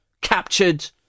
captured